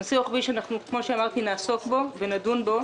זה נושא רוחבי שנעסוק בו, שנדון בו.